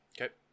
Okay